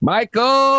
Michael